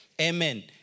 Amen